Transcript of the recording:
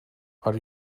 are